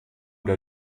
der